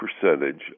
percentage